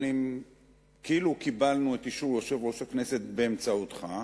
כאילו קיבלנו את אישור יושב-ראש הכנסת באמצעותך,